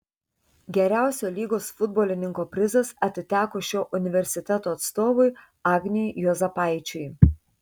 geriausio lygos futbolininko prizas atiteko šio universiteto atstovui agniui juozapaičiui